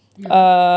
ya